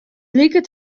like